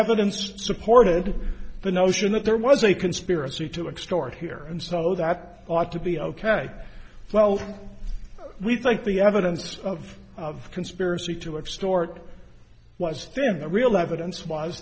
evidence supported the notion that there was a conspiracy to extort here and so that ought to be ok well we think the evidence of a conspiracy to have stuart was thin the real evidence w